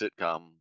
sitcom